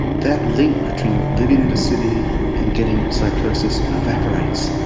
that link between living in a city and getting psychosis evaporates.